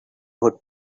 would